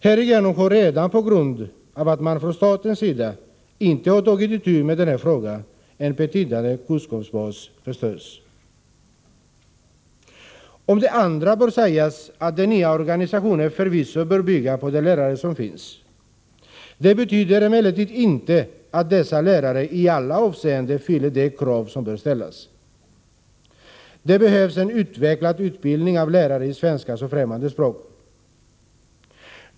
Härigenom har redan, på grund av att man från statens sida inte har tagit itu med den här frågan, en betydande kunskapsbas förötts. Om det andra bör sägas att den nya organisationen förvisso bör bygga på de lärare som finns. Det betyder emellertid inte att dessa lärare i alla avseenden fyller de krav som bör ställas. Det behövs en utvecklad utbildning av lärare i svenska som främmande språk.